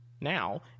Now